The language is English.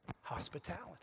hospitality